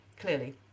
clearly